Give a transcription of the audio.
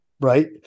Right